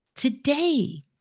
Today